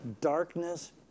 darkness